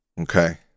Okay